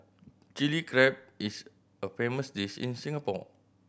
Chilli Crab is a famous dish in Singapore